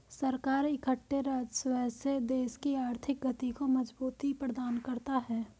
सरकार इकट्ठे राजस्व से देश की आर्थिक गति को मजबूती प्रदान करता है